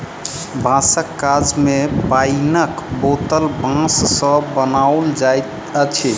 बाँसक काज मे पाइनक बोतल बाँस सॅ बनाओल जाइत अछि